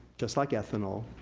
just like ethanol,